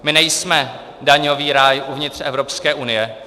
My nejsme daňový ráj uvnitř Evropské unie.